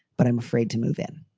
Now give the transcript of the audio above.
but i'm afraid to move in.